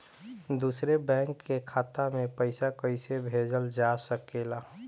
दूसरे बैंक के खाता में पइसा कइसे भेजल जा सके ला?